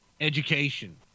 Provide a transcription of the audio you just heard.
education